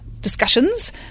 discussions